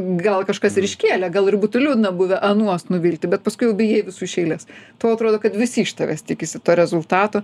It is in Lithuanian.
gal kažkas ir iškėlė gal ir būtų liūdna buvę anuos nuvilti bet paskui jau bijai visų iš eilės tau atrodo kad visi iš tavęs tikisi to rezultato